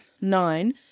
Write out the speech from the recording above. nine